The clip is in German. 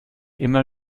immer